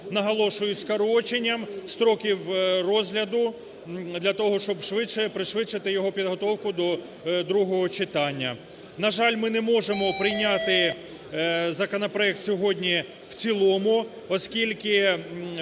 наголошую – зі скороченням строків розгляду для того, щоб швидше пришвидшити його підготовку до другого читання. На жаль, ми не можемо прийняти законопроект сьогодні в цілому, оскільки